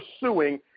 pursuing